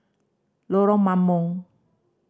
Lorong Mambong